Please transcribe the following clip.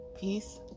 Peace